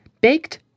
Baked